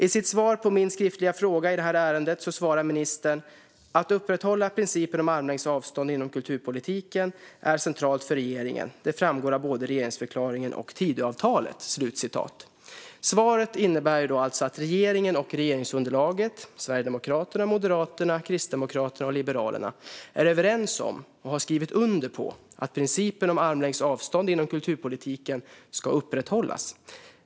I sitt svar på min skriftliga fråga i det här ärendet skriver ministern följande: "Att upprätthålla principen om armlängds avstånd inom kulturpolitiken är centralt för regeringen. Det framgår av både regeringsförklaringen och Tidöavtalet." Svaret innebär alltså att regeringen och regeringsunderlaget Sverigedemokraterna, Moderaterna, Kristdemokraterna och Liberalerna är överens om och har skrivit under på att principen om armlängds avstånd inom kulturpolitiken ska upprätthållas?